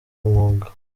umwuga